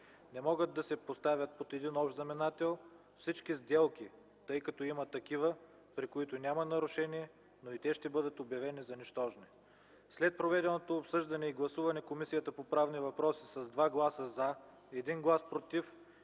Не могат да се поставят под един общ знаменател всички сделки, тъй като има такива, при които няма нарушения, но и те ще бъдат обявени за нищожни. След проведеното обсъждане и гласуване Комисията по правни въпроси с 2 гласа „за”, 1 глас „против”